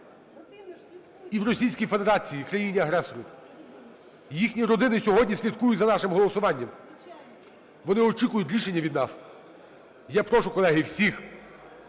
і в Російській Федерації, країні-агресорі. Їхні родини сьогодні слідкують за нашим голосуванням, вони очікують рішення від нас. Я прошу, колеги, всіх